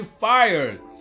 fired